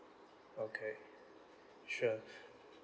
okay sure